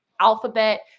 alphabet